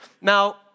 Now